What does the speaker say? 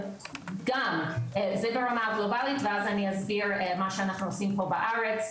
גם זה ברמה הגלובלית ואז אני אסביר מה שאנחנו עושים פה בארץ,